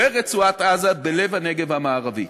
ברצועת-עזה, בלב הנגב המערבי.